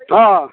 हँ